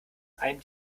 einem